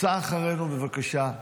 סע אחרינו, בבקשה.